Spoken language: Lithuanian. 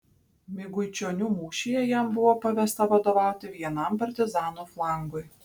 miguičionių mūšyje jam buvo pavesta vadovauti vienam partizanų flangui